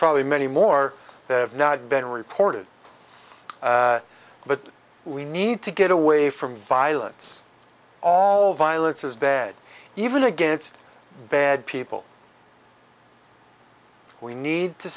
probably many more that have not been reported but we need to get away from violence all violence is bad even against bad people we need to